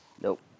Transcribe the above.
Nope